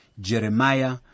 Jeremiah